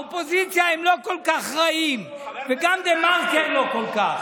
האופוזיציה הם לא כל כך רעים וגם דה-מרקר לא כל כך.